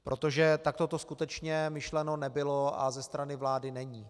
Protože takto to skutečně myšleno nebylo a ze strany vlády není.